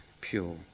pure